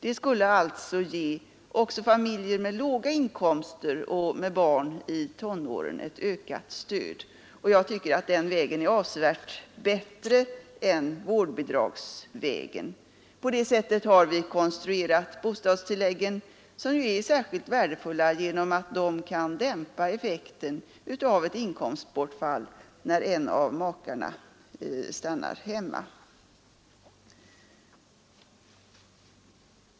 Det skulle ge familjer med låga inkomster och med barn i tonåren ett ökat stöd. Jag tycker den vägen är avsevärt bättre än ett system med vårdnadsbidrag. På det sättet har vi konstruerat bostadstilläggen, som är särskilt värdefulla genom att de kan dämpa effekten av ett inkomstbortfall när en av makarna stannar hemma.